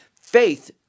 faith